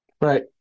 right